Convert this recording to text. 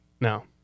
No